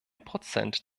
prozent